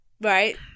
right